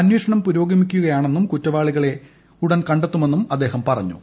അന്വേഷണം പുരോഗമീക്കുകയാണെന്നും കുറ്റവാളികളെ കണ്ടെത്തുമെന്നും അദ്ദേഹം പറഞ്ഞു